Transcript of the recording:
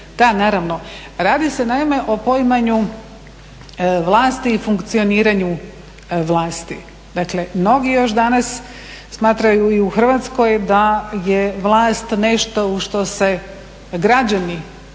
Da naravno, radi se o poimanju vlasti i funkcioniranju vlasti. dakle mnogi još danas smatraju i u Hrvatskoj da je vlast nešto u što se građani